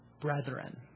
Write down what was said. brethren